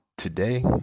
Today